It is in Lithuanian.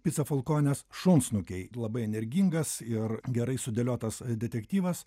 picofalkonės šunsnukiai labai energingas ir gerai sudėliotas detektyvas